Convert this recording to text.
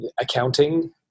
accounting